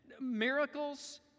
Miracles